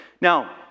Now